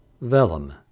Vellum